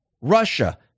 Russia